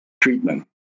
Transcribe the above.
treatment